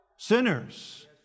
Sinners